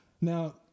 Now